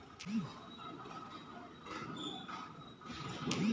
ऋणो पे सूद सेहो सरकारो के हिसाब से तय करलो जाय छै